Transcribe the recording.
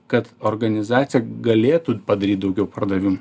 kad organizacija galėtų padaryt daugiau pardavimų